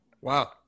Wow